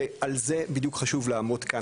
ועל זה בדיוק חשוב לעמוד כאן,